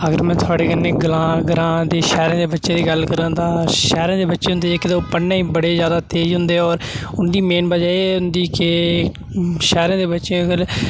अगर में थुआढ़ै कन्नै ग'लांऽ ग्रांऽ दे शैह्रे दे बच्चें दी गल्ल करां तां शैह्रे दे बच्चे होंदे जेह्के ते ओह् पढ़ने'ई बड़े जादा तेज होंदे और उं'दी मेन वजह् एह् होंदी के शैह्रें दे बच्चें कोल